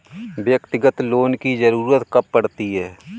व्यक्तिगत लोन की ज़रूरत कब पड़ती है?